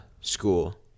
school